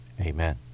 Amen